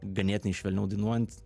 ganėtinai švelniau dainuojant